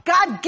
God